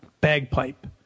bagpipe